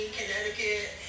Connecticut